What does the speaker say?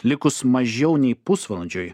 likus mažiau nei pusvalandžiui